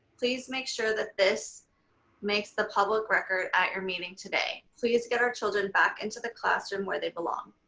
please make sure that this makes the public record at your meeting today. please get our children back into the classroom where they belong.